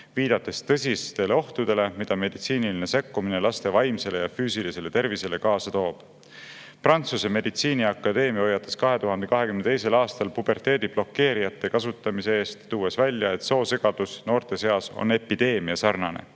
viidates tõsistele ohtudele, mida meditsiiniline sekkumine laste vaimsele ja füüsilisele tervisele kaasa toob. Prantsuse Meditsiiniakadeemia hoiatas 2022. aastal puberteedi blokeerijate kasutamise eest, tuues välja, et soosegadus noorte seas on epideemiasarnane.